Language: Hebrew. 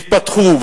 יתפתחו,